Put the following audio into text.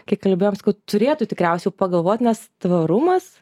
kai kalbėjom sakau turėtų tikriausiai jau pagalvot nes tvarumas